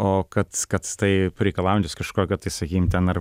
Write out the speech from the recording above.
o kad kad tai reikalaujantis kažkokio tai sakykim ten ar